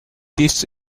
this